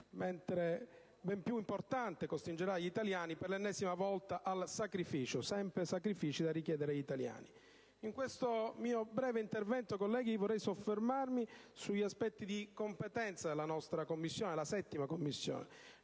testo, ben più importante, costringerà gli italiani, per l'ennesima volta, al sacrificio (sempre sacrifici da richiedere agli italiani). In questo mio breve intervento, colleghi, vorrei soffermarmi sugli aspetti di competenza della nostra Commissione, la Commissione